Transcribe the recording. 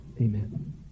amen